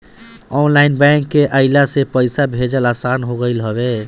online bank के अइला से पईसा भेजल आसान हो गईल हवे